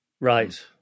Right